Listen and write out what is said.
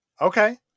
Okay